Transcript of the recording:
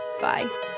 Bye